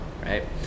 right